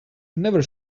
never